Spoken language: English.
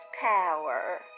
power